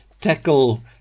tackle